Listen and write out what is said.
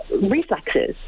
reflexes